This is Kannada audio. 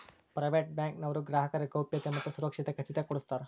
ಪ್ರೈವೇಟ್ ಬ್ಯಾಂಕ್ ನವರು ಗ್ರಾಹಕರ ಗೌಪ್ಯತೆ ಮತ್ತ ಸುರಕ್ಷತೆ ಖಚಿತ ಕೊಡ್ಸತಾರ